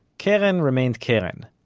keren remained keren,